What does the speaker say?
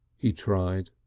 he tried.